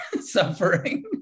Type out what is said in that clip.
suffering